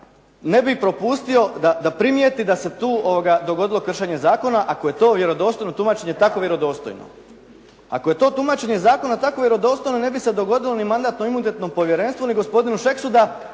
ne bi propustio da primijeti da se tu dogodilo kršenje zakona. Ako je to vjerodostojno tumačenje tako vjerodostojno. Ako je to tumačenje zakona tako vjerodostojno, ne bi se dogodilo ni Mandatno-imunitetnom povjerenstvu, ni gospodinu Šeksu da